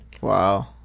wow